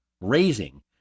raising